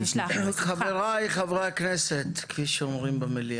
חבריי חברי הכנסת, כפי שאומרים במליאה,